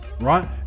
Right